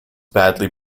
badly